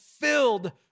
filled